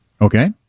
Okay